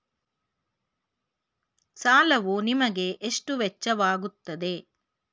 ಸಾಲವು ನಿಮಗೆ ಎಷ್ಟು ವೆಚ್ಚವಾಗುತ್ತದೆ?